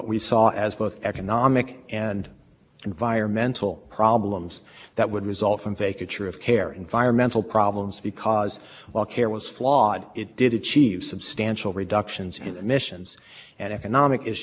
issues because there's already been significant banking and trading of allowances up to that point so at least as i recall some of the states were concerned that the attainment dates were fast approaching and they had already invested